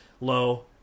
low